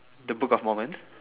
the book of moment